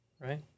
Right